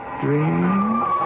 dreams